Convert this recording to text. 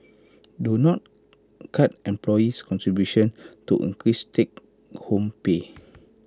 do not cut employee's contributions to increase take home pay